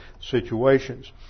situations